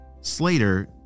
Slater